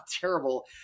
terrible